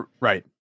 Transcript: Right